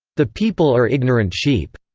the people are ignorant sheep.